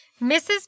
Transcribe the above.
Mrs